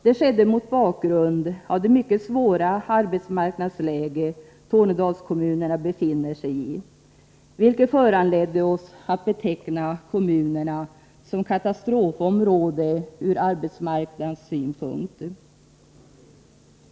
Det skedde mot bakgrund av det mycket svåra arbetsmarknadsläge som Tornedalskommunerna befinner sig i, vilket föranledde oss att beteckna kommunerna som ett katastrofområde ur arbetsmarknadssynpunkt.